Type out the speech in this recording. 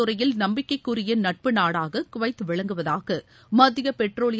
துறையில் நம்பிக்கைக்குரியநட்புநாடாககுவைத் விளங்குவதாகமத்தியபெட்ரோலியத்